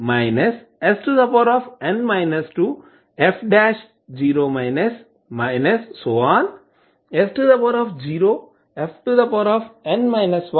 s0fn 10 అవుతుంది